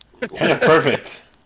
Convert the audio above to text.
Perfect